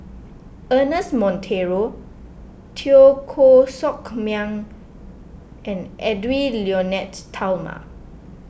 Ernest Monteiro Teo Koh Sock Miang and Edwy Lyonet Talma